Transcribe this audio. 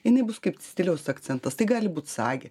jinai bus kaip stiliaus akcentas tai gali būt sagė